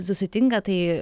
susitinka tai